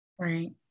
Right